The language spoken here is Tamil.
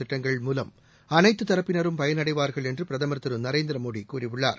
திட்டங்கள் மூலம் அனைத்துதரப்பினரும் பயனடைவார்கள் என்று பிரதமா் திரு நரேந்திர மோடி கூறியுள்ளார்